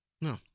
No